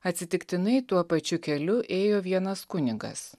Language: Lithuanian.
atsitiktinai tuo pačiu keliu ėjo vienas kunigas